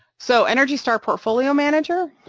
so energy star portfolio manager